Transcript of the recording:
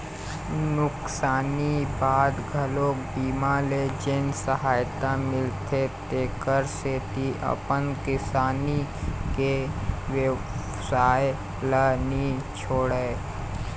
नुकसानी बाद घलोक बीमा ले जेन सहायता मिलथे तेखर सेती अपन किसानी के बेवसाय ल नी छोड़य